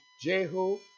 Jehu